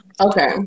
Okay